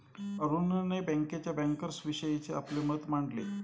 अरुणने बँकेच्या बँकर्सविषयीचे आपले मत मांडले